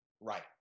Right